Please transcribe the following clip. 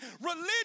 Religion